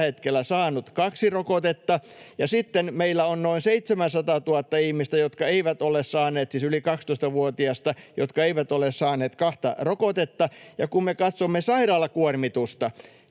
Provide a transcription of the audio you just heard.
hetkellä saanut kaksi rokotetta, ja sitten meillä on noin 700 000 ihmistä, siis yli 12-vuotiaista, jotka eivät ole saaneet kahta rokotetta. Ja kun me katsomme sairaalakuormitusta,